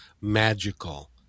magical